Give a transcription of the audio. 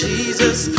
Jesus